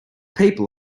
people